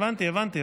הבנתי.